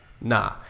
nah